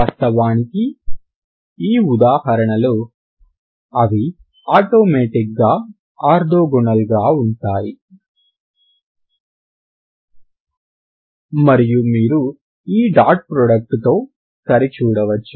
వాస్తవానికి ఈ ఉదాహరణలో అవి ఆటోమేటిక్ గా ఆర్తోగోనల్గా ఉంటాయి మరియు మీరు ఈ డాట్ ప్రోడక్ట్ తో సరిచూడవచ్చు